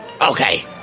Okay